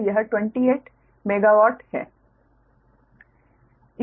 तो यह 28 MW megawatt है